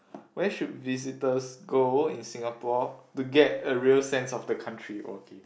where should visitors go in Singapore to get a real sense of the country okay